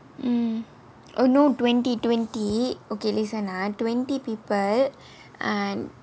mm uh no twenty twenty okay listen ah twenty people and